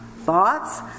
thoughts